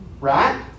Right